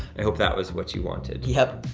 i hope that was what you wanted. yup.